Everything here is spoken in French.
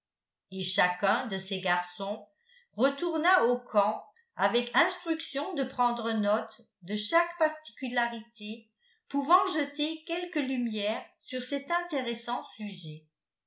et chacun de ses garçons retourna au camp avec instruction de prendre note de chaque particularité pouvant jeter quelque lumière sur cet intéressant sujet